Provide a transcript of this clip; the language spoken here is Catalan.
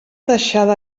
deixada